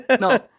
No